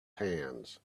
hands